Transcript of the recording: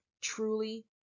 Truly